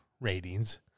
ratings